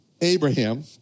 Abraham